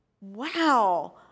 wow